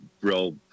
real